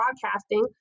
Broadcasting